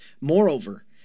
Moreover